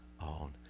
on